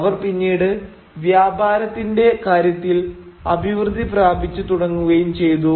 അവർ പിന്നീട് വ്യാപാരത്തിന്റെ കാര്യത്തിൽ അഭിവൃദ്ധി പ്രാപിച്ചു തുടങ്ങുകയും ചെയ്തു